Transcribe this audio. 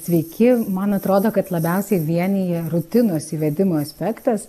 sveiki man atrodo kad labiausiai vienija rutinos įvedimo aspektas